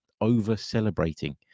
over-celebrating